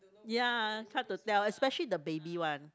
ya hard to tell especially the baby one